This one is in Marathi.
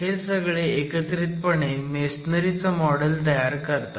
हे सगळे एकत्रितपणे मेसनरी चं मॉडेल तयार करतात